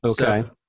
Okay